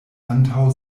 antaŭ